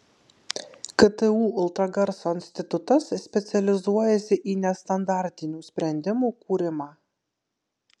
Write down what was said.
ktu ultragarso institutas specializuojasi į nestandartinių sprendimų kūrimą